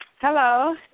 Hello